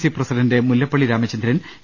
C president Mullappally Ramachandran A